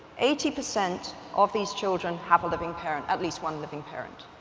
eighty percent of these children have a living parent, at least one living parent.